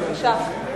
בבקשה.